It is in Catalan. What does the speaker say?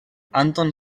anton